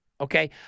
okay